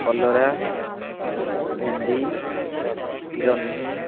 କଲରା ଭେଣ୍ଡି ଜହ୍ନି